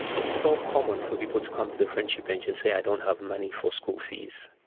it's so common for people to come to the friendship bench and say, i don't have money for school fees,